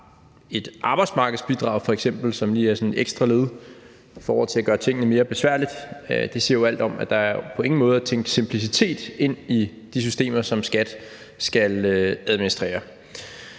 et arbejdsmarkedsbidrag f.eks., som lige er sådan et ekstra led i forhold til at gøre tingene mere besværlige, siger jo alt om, at der på ingen måder er tænkt simplicitet ind i de systemer, som skatteforvaltningen